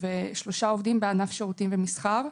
ושלושה עובדים בענף שירותים ומסחר.